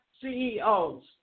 CEOs